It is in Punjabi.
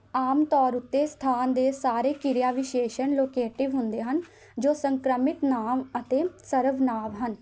ਆਮ ਤੌਰ ਉੱਤੇ ਸਥਾਨ ਦੇ ਸਾਰੇ ਕਿਰਿਆ ਵਿਸ਼ੇਸ਼ਣ ਲੋਕੇਟਿਵ ਹੁੰਦੇ ਹਨ ਜੋ ਸੰਕ੍ਰਮਿਤ ਨਾਂਵ ਅਤੇ ਸਰਵ ਨਾਂਵ ਹਨ